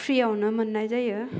प्रियावनो मोन्नाय जायो